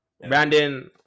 Brandon